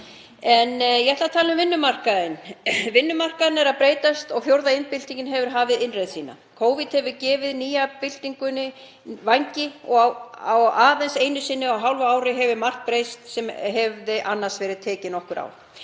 En ég ætla að tala um vinnumarkaðinn. Vinnumarkaðurinn er að breytast og fjórða iðnbyltingin hefur hafið innreið sína. Covid hefur gefið nýju byltingunni vængi og á aðeins hálfu ári hefur margt breyst sem annars hefði tekið nokkur ár.